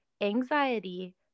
anxiety